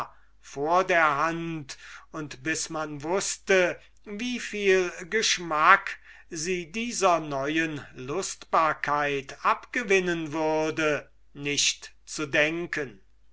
vor der hand und bis man wußte wie viel geschmack sie dieser neuen lustbarkeit abgewinnen würde nicht zu gedenken